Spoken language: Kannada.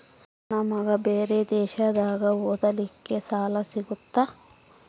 ನನ್ನ ಮಗ ಬೇರೆ ದೇಶದಾಗ ಓದಲಿಕ್ಕೆ ಸಾಲ ಸಿಗುತ್ತಾ?